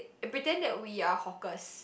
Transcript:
and pretend that we are hawkers